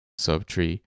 subtree